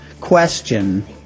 question